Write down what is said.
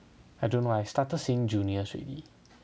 I don't know I started seeing juniors already